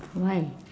why